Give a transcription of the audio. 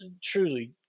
truly